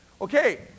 Okay